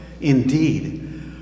Indeed